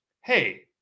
hey